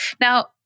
Now